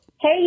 Hey